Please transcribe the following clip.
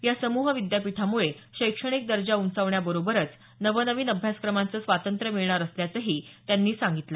या समूह विद्यापीठामुळे शैक्ष््ा णिक दर्जा उंचावण्याबरोबरच नव नवीन अभ्यासक्रमाचं स्वातंत्र्य मिळणार असल्याचं त्यांनी सांगितलं